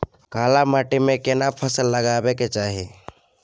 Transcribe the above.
काला माटी में केना फसल लगाबै के चाही?